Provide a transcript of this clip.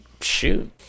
shoot